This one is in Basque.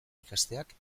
ikasteak